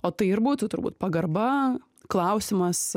o tai ir būtų turbūt pagarba klausimas